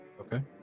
Okay